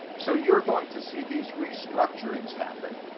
so you're going to see these restructurings happen,